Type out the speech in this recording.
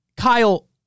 Kyle